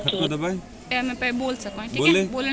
जैविक खेती कैसे करते हैं?